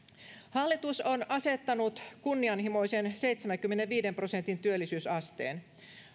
hallitus on asettanut kunnianhimoisen seitsemänkymmenenviiden prosentin työllisyysasteen